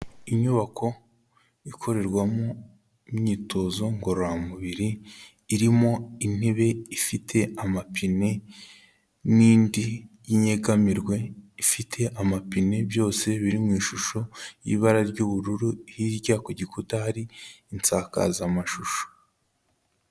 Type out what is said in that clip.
Inyubako ikorerwamo imyitozo ngororamubiri, irimo intebe ifite amapine n'indi y'inyegamirwe ifite amapine, byose biri mu ishusho y'ibara ry'ubururu, hirya ku gikuta hari insakazamashusho.